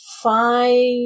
five